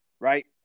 right